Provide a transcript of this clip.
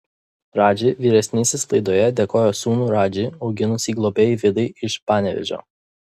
radži vyresnysis laidoje dėkojo sūnų radži auginusiai globėjai vidai iš panevėžio